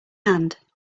hand